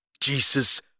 Jesus